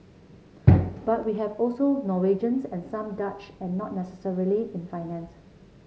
but we have also Norwegians and some Dutch and not necessarily in finance